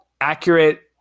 accurate